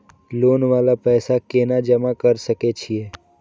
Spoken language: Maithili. लोन वाला पैसा केना जमा कर सके छीये?